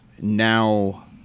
now